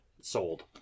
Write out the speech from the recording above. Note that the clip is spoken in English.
sold